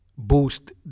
Boost